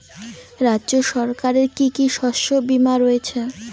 রাজ্য সরকারের কি কি শস্য বিমা রয়েছে?